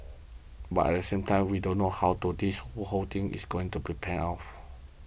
but at the same time we don't know how do this whole thing is going to pan out